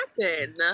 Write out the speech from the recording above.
happen